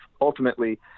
ultimately